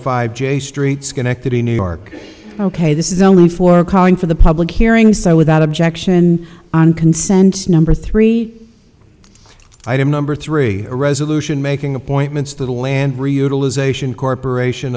five j street schenectady new york ok this is only for calling for the public hearing so without objection on consent number three item number three a resolution making appointments to the land realisation corporation